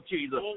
Jesus